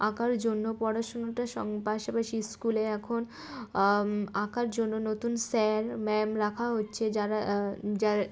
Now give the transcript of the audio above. আঁকার জন্য পড়াশুনোটা স পাশাপাশি স্কুলে এখন আঁকার জন্য নতুন স্যার ম্যাম রাখা হচ্ছে যারা যারা